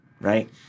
Right